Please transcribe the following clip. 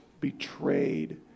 betrayed